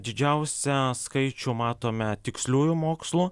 didžiausią skaičių matome tiksliųjų mokslų